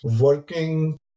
working